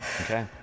Okay